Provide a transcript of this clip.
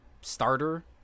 starter